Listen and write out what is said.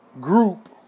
group